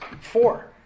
four